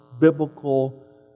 biblical